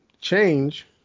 change